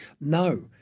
No